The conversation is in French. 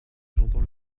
j’entends